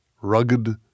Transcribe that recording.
rugged